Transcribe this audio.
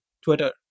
Twitter